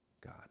God